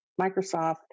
Microsoft